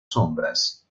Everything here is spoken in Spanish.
sombras